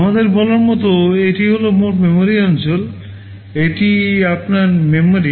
আমাদের বলার মতো এটি হল মোট মেমরি অঞ্চল এটি আপনার মেমরি